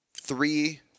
three